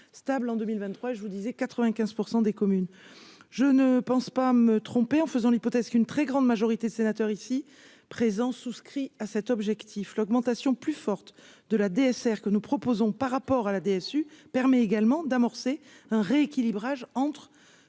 stable en 2023 je vous disais 95 % des communes. Je ne pense pas me tromper en faisant l'hypothèse qu'une très grande majorité de sénateurs ici présent souscrit à cet objectif, l'augmentation plus forte de la DSR que nous proposons, par rapport à la DSU permet également d'amorcer un rééquilibrage entre